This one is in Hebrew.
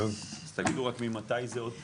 אז תגידו ממתי זה עוד פעם.